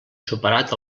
superat